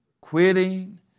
Quitting